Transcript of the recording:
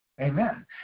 Amen